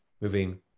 Moving